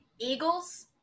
Eagles